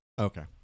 Okay